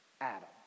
Adam